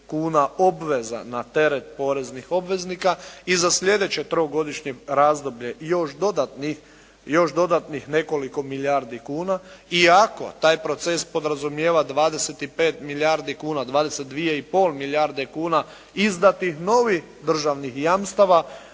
kuna obveza na teret poreznih obveznika i za sljedeće trogodišnje razdoblje i još dodatnih, još dodatnih nekoliko milijardi kuna. I ako taj proces podrazumijeva 25 milijardi kuna, 22,5 milijarde kuna, izdanih novih državnih jamstava,